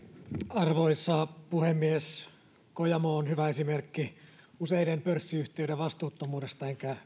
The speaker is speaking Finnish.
arvoisa puhemies kojamo on hyvä esimerkki useiden pörssiyhtiöiden vastuuttomuudesta enkä